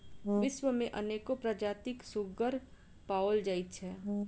विश्व मे अनेको प्रजातिक सुग्गर पाओल जाइत छै